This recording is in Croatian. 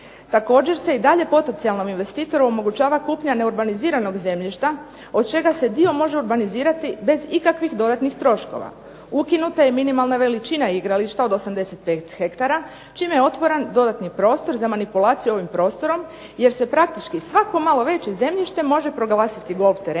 Također se i dalje potencijalnom investitoru omogućava kupnja neurbaniziranog zemljišta od čega se dio može urbanizirati bez ikakvih dodatnih troškova. Ukinuta je i minimalna veličina igrališta od 85 ha čime je otvoren dodatni prostor za manipulacijom ovim prostorom, jer se praktički svako malo veće zemljište može proglasiti golf terenom